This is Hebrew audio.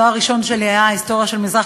התואר הראשון שלי היה בהיסטוריה של המזרח